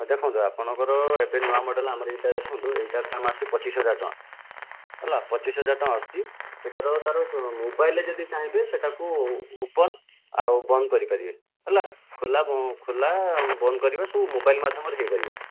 ଦେଖନ୍ତୁ ଆପଣଙ୍କର ଏବେ ନୂଆ ମଡେଲ ଆମର ଏଇଟା ଦେଖନ୍ତୁ ଏଇଟାର ଦାମ ଆସୁଛି ପଚିଶ ହଜାର ଟଙ୍କା ହେଲା ପଚିଶ ହଜାର ଟଙ୍କା ଆସୁଛି ସେ'ଟାର ତା'ର ମୋବାଇଲରେ ଯଦି ଚାହିଁବେ ସେଟାକୁ ଓପନ ଆଉ ବନ୍ଦ କରିପାରିବେ ହେଲା ଖୋଲା ଖୋଲା ବନ୍ଦ କରିବା ସବୁ ମୋବାଇଲ ମାଧ୍ୟମରେ ହୋଇପାରିବ